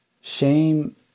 Shame